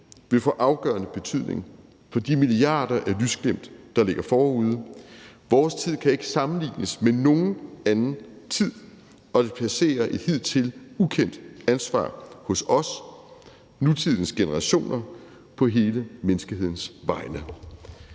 vil få afgørende betydning for de milliarder af lysglimt, der ligger forude. Vores tid kan ikke sammenlignes med nogen anden tid, og det placerer et hidtil ukendt ansvar hos os, nutidens generationer, på hele menneskehedens vegne.